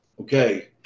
Okay